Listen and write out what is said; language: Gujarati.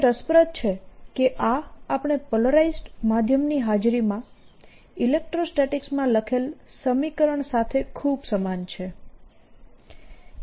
તે રસપ્રદ છે કે આ આપણે પોલરાઈઝ્ડ માધ્યમની હાજરીમાં ઇલેક્ટ્રોસ્ટેટીક માં લખેલા સમીકરણ સાથે ખૂબ સમાન છે